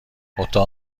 اتاق